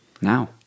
now